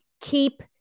Keep